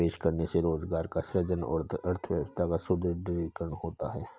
निवेश करने से रोजगार का सृजन और अर्थव्यवस्था का सुदृढ़ीकरण होता है